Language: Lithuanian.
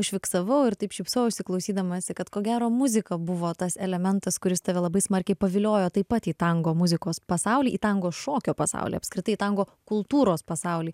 užfiksavau ir taip šypsojausi klausydamasi kad ko gero muzika buvo tas elementas kuris tave labai smarkiai paviliojo taip pat į tango muzikos pasaulį į tango šokio pasaulį apskritai į tango kultūros pasaulį